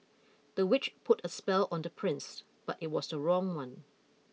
the witch put a spell on the prince but it was the wrong one